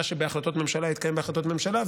מה שבהחלטות ממשלה יתקיים בהחלטות ממשלה,